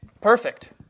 perfect